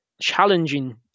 challenging